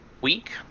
week